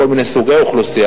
עם כל מיני סוגי אוכלוסייה,